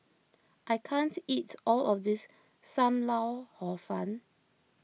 I can't eat all of this Sam Lau Hor Fun